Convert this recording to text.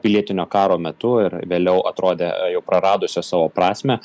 pilietinio karo metu ir vėliau atrodė jau praradusios savo prasmę